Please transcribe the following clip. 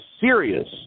Serious